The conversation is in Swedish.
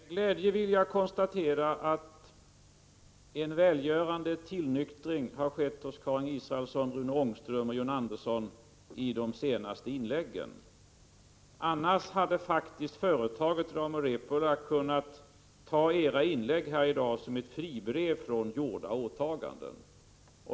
Herr talman! Med glädje vill jag konstatera att en välgörande tillnyktring har skett hos Karin Israelsson, Rune Ångström och John Andersson i de senaste inläggen. Annars hade faktiskt företaget Rauma Repola kunnat ta era inlägg här i dag som ett fribrev från gjorda åtaganden.